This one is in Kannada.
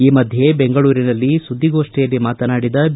ಈ ಮಧ್ಯೆ ಬೆಂಗಳೂರಿನಲ್ಲಿ ಸುದ್ದಿಗೋಷ್ಠಿಯಲ್ಲಿ ಮಾತನಾಡಿದ ಬಿ